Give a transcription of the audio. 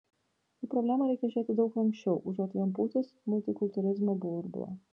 į problemą reikia žiūrėti daug lanksčiau užuot vien pūtus multikultūralizmo burbulą